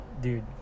dude